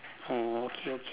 oh okay